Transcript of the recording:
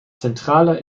zentrale